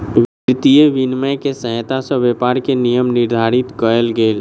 वित्तीय विनियम के सहायता सॅ व्यापार के नियम निर्धारित कयल गेल